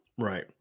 Right